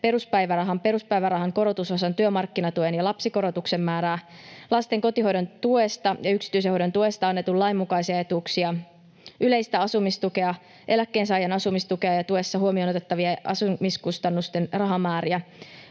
peruspäivärahan korotusosan, työmarkkinatuen ja lapsikorotuksen määrää, lasten kotihoidon tuesta ja yksityisen hoidon tuesta annetun lain mukaisia etuuksia, yleistä asumistukea, eläkkeensaajan asumistukea ja tuessa huomioon otettavien asumiskustannusten rahamääriä,